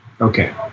Okay